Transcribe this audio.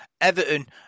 Everton